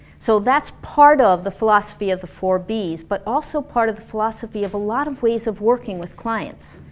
so that's part of the philosophy of the four bs but also part of the philosophy of a lot of ways of working with clients.